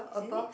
isn't it